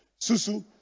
susu